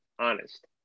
honest